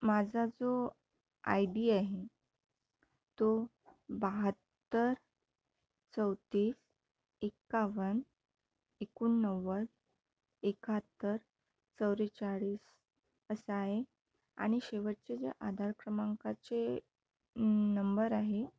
माझा जो I D आहे तो बाहात्तर चौतीस एकावन एकोणनव्वद एकाहत्तर चौव्वेचाळीस असा आहे आणि शेवटचे जे आधार क्रमांकाचे नंबर आहे